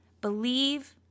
Believe